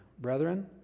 Brethren